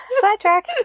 Sidetrack